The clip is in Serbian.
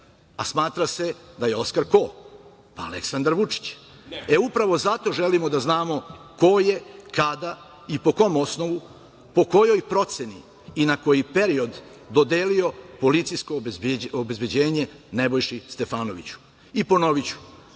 A smatra se da je Oskar ko? Pa Aleksandar Vučić. E, upravo zato želimo da znamo ko je, kada i po kom osnovu, po kojoj proceni i na koji period dodelio policijsko obezbeđenje Nebojši Stefanoviću.I ponoviću,